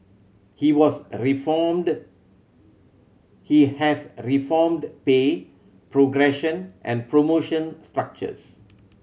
he was reformed he has reformed pay progression and promotion structures